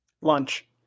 Lunch